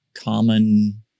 common